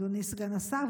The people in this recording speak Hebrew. אדוני סגן השר,